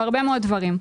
בהרבה מאוד דברים.